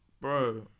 Bro